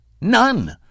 none